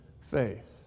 faith